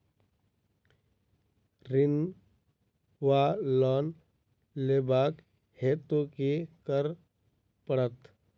ऋण वा लोन लेबाक हेतु की करऽ पड़त?